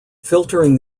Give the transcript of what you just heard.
filtering